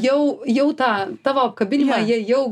jau jau tą tavo apkabinimą jie jau